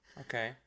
Okay